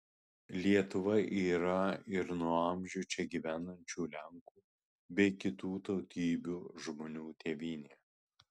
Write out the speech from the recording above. lietuva yra ir nuo amžių čia gyvenančių lenkų bei kitų tautybių žmonių tėvynė